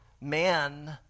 Man